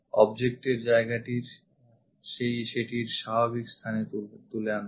object এর জায়গাটি সেটির স্বাভাবিক অবস্থানে তুলে আনো